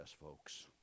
folks